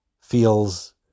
feels